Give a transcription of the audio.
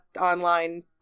online